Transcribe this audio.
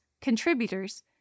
Contributors